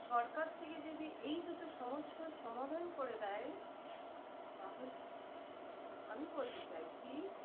সরকার থেকে যদি এই দুটো সমস্যার সমাধান করে দেয় তাহলে আমি বলতে চাইছি